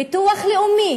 ביטוח לאומי,